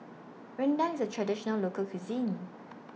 Rendang IS A Traditional Local Cuisine